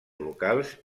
locals